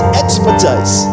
expertise